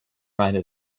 meine